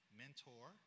mentor